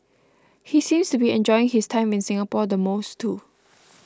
he seems to be enjoying his time in Singapore the most too